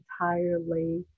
entirely